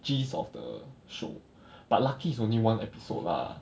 geez of the show but lucky it's only one episode lah